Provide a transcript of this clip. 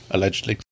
Allegedly